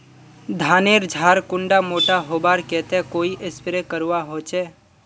धानेर झार कुंडा मोटा होबार केते कोई स्प्रे करवा होचए?